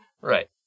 Right